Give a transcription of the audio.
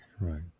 right